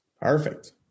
Perfect